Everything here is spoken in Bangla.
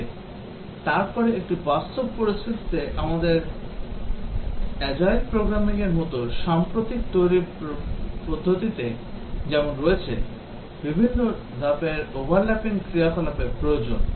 তবে তারপরে একটি বাস্তব পরিস্থিতিতে আমাদের agile programming র মতো সাম্প্রতিক তৈরির পদ্ধতিতে যেমন হয়েছে বিভিন্ন ধাপের overlapping ক্রিয়াকলাপের প্রয়োজন